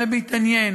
הרבי התעניין